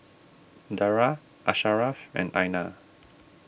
Dara Asharaff and Aina